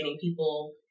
people